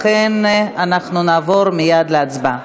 לכן אנחנו נעבור מייד להצבעה.